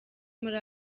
muri